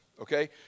okay